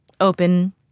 open